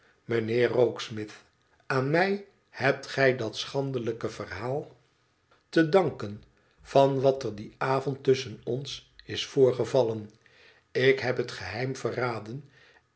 mijnheer rokesmith aan mij hebt gij dat schandelijke verhaal dan van wat er dien avond tusschen ons is voorgevallen ik heb het geheim verraden